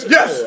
Yes